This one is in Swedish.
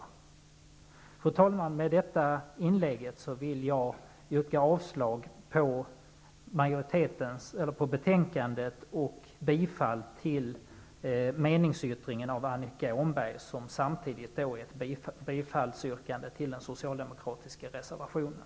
Fru talman! Med detta inlägg vill jag yrka avslag på utskottets hemställan och bifall till meningsyttringen av Annika Åhnberg, som samtidigt är ett bifallsyrkande till den socialdemokratiska reservationen.